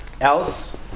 else